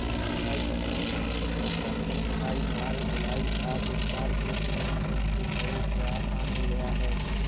सिंचाई फसलों की सुरक्षा, फसल कटाई, मढ़ाई, ढुलाई आदि कार्य कृषि यन्त्रों के सहयोग से आसान हो गया है